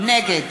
נגד